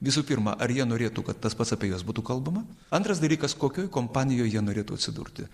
visų pirma ar jie norėtų kad tas pats apie juos būtų kalbama antras dalykas kokioj kompanijoj jie norėtų atsidurti